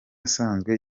asanzwe